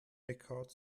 eckhart